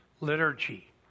liturgy